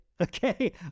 okay